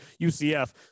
UCF